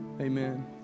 Amen